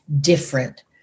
different